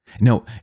Now